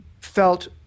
felt